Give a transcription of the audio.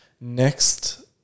next